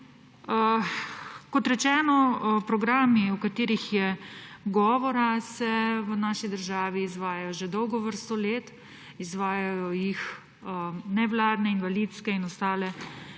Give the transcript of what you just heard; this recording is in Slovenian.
Kot rečeno, programi, o katerih je govora, se v naši državi izvajajo že dolgo vrsto let, izvajajo jih nevladne, invalidske in ostale